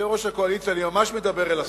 יושב-ראש הקואליציה, אני ממש מדבר אל השר,